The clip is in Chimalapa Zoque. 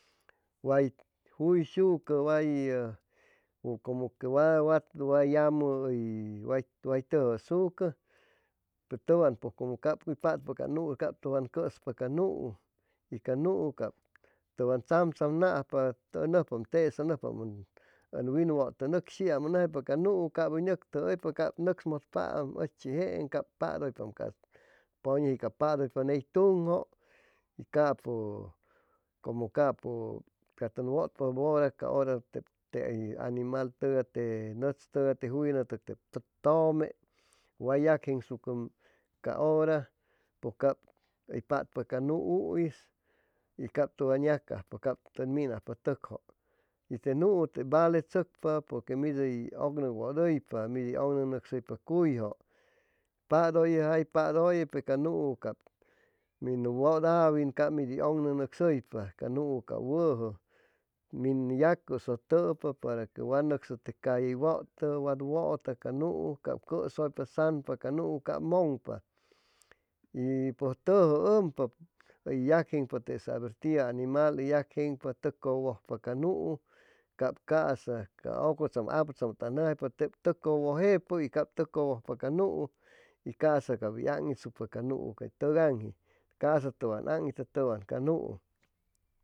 Way juyshucu way cumu que llamu way tujushucu pe tuwan cumu cap uy patpa ca nu'u cab tuwan cuspa ca nu'u y ca nu'u tuwan tsamtsamnajpa u nucspaam tesa win wutu nucshiam u numjypa ca nu'u cab nucsmutpa uchi jee cap paduypa puy nuji paduypa ney tunju y capu cuandu wutpad bura te animal tugay te nuts tugay te jullunu tugay tume way yag jensucu ca ura pues cab uy patpa ca nu'u is y cab tuwan yacajpa y tuwan minajpa tucju te nu'u valeshucshucpa pur que mi ugnuwuduypa mi ugnugusuypa kuy ju paduye u jaypaduye pe ca nuu min wud awin yacusulupa para que wa nuc'su te calle wutu wat wuta ca nu'u cab cusuypa yac jejpa tesauro aber tiu animal tuc cuwejpa ca nu'u cab casa ca ucutsamu y aputsamu u momjaypa teb tuc cuwujpa y cab tuc cuwujpa ca nu'u y ca tuwan y casa tuwan anitpa ca nu'u